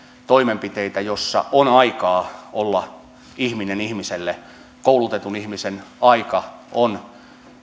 toimenpiteitä joissa on aikaa olla ihminen ihmiselle ja koulutetun ihmisen aika on